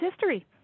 history